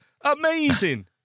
Amazing